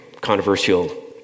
Controversial